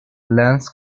lance